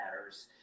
matters